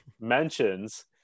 mentions